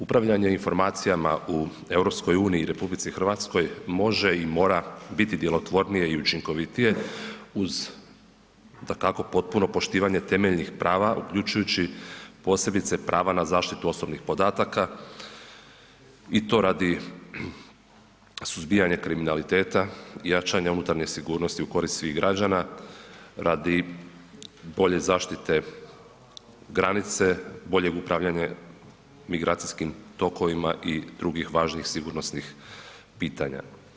Upravljanje informacijama u EU-u i u RH može i mora biti djelotvornije i učinkovitije uz dakako potpuno poštivanje temeljenih prava uključujući posebice prava na zaštitu osobnih podataka i to radi suzbijanja kriminaliteta, jačanja unutarnje sigurnosti u korist svih građana radi bolje zaštite granice, boljeg upravljanja migracijskim tokovima i drugih važnih sigurnosnih pitanja.